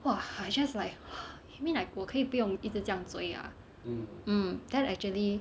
!wah! I just like !wah! you mean like 我可以不用一直这样追 ah mm that actually